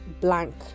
blank